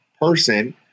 person